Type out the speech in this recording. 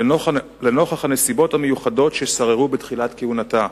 לנוכח הנסיבות המיוחדות ששררו בתחילת כהונתה.